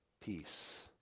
peace